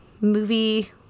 movie